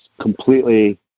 completely